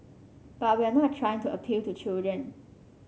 but we're not trying to appeal to children